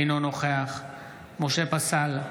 אינו נוכח משה פסל,